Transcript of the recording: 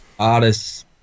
artists